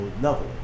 level